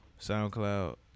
SoundCloud